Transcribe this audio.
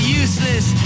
useless